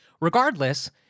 Regardless